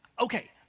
okay